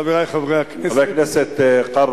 חברי הכנסת,